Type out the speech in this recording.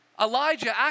Elijah